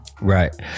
Right